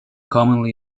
commonly